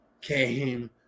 came